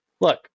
Look